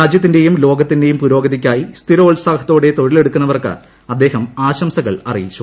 രാജ്യത്തിന്റെയും ലോകത്തിന്റെയും പുരോഗതിയ്ക്കായി സ്ഥിരോത്സാഹത്തോടെ തൊഴിലെടുക്കുന്നവർക്ക് അദ്ദേഹം ആശംസ അറിയിച്ചു